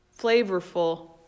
flavorful